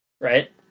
right